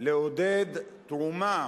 לעודד תרומה